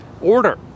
order